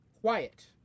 quiet